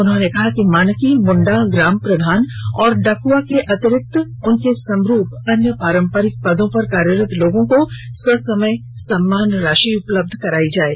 उन्होंने कहा कि मानकी मुंडा ग्राम प्रधान और डाक़आ के अतिरिक्त उनके समरूप अन्य पारंपरिक पदों पर कार्यरत लोगों को ससमय सम्मान राशि उपलब्ध कराएं